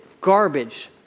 garbage